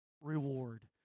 reward